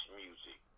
music